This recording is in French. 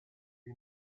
est